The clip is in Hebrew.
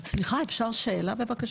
סליחה, אפשר שאלה, בבקשה?